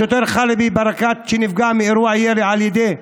השוטר חלבי ברקת, שנפגע מאירוע ירי על ידי מחבלים,